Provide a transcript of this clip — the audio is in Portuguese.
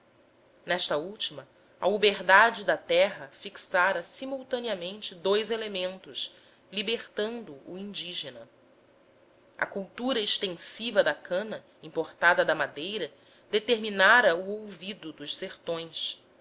nesta última a uberdade da terra fixara simultaneamente dous elementos libertando o indígena a cultura extensiva da cana importada da madeira determinara o olvido dos sertões